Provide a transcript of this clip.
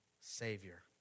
Savior